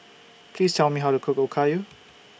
Please Tell Me How to Cook Okayu